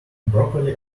broccoli